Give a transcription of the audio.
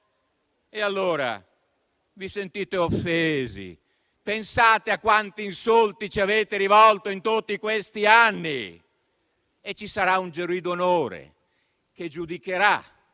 Vi sentite offesi, ma pensate a quanti insulti ci avete rivolto in tutti questi anni. Ci sarà un giurì d'onore che giudicherà